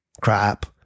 crap